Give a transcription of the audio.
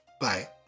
Bye